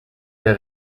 der